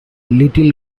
little